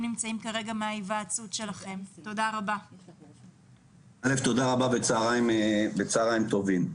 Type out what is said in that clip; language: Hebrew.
תודה רבה, צהריים טובים.